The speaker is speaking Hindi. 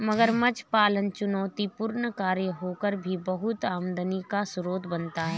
मगरमच्छ पालन चुनौतीपूर्ण कार्य होकर भी बहुत आमदनी का स्रोत बनता है